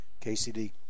kcd